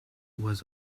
was